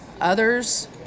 Others